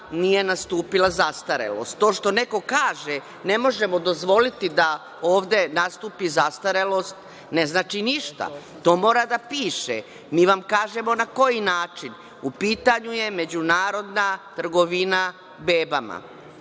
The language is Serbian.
nije nastupila zastarelost. To što neko kaže, ne možemo dozvoliti da ovde nastupi zastarelost, ne znači ništa. To mora da piše. Mi vam kažemo na koji način. U pitanju je međunarodna trgovina bebama.